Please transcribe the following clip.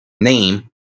name